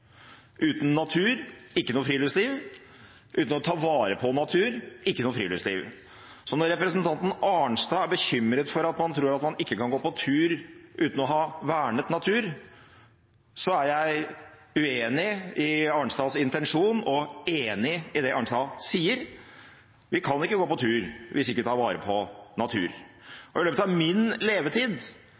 uten natur, ikke noe friluftsliv; uten å ta vare på natur, ikke noe friluftsliv. Så når representanten Arnstad er bekymret for at man tror man ikke kan gå på tur uten å ha vernet natur, er jeg uenig i Arnstads intensjon og enig i det Arnstad sier. Vi kan ikke gå på tur hvis vi ikke tar vare på natur. I løpet av min levetid